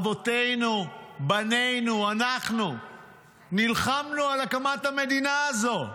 אבותינו, בנינו, אנחנו נלחמנו על הקמת המדינה הזו.